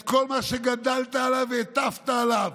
כל מה שגדלת עליו והטפת עליו,